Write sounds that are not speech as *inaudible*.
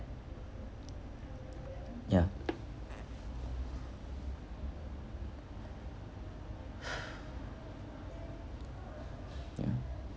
ya *breath* ya